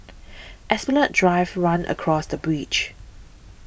Esplanade Drive runs across the bridge